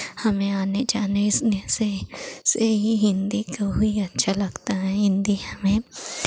हमें आने जाने से से ही हिन्दी को ही अच्छा लगता हैं हिन्दी हमें